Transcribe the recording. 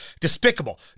Despicable